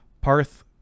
Parth